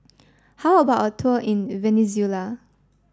how about a tour in Venezuela